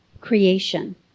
creation